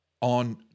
on